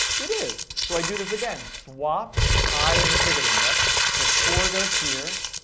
it is, so i do this again. swap i and the pivot index. so four goes here,